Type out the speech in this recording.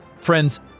Friends